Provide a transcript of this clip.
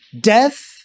death